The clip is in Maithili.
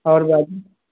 आओर बाजू